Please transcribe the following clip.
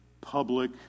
public